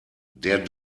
der